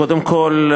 קודם כול,